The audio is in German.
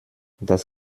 das